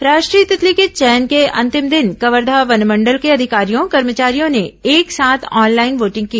राष्ट्रीय तितली के चयन के अंतिम दिन कवर्धा वनमंडल के अधिकारियों कर्मचारियों ने एक साथ ऑनलाइन वोटिंग की